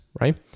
right